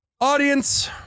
Audience